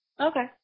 Okay